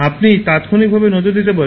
আপনি তাত্ক্ষণিকভাবে নজর দিতে পারেন